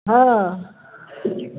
हँ